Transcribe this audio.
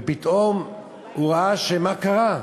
ופתאום הוא ראה שמה קרה,